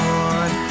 Lord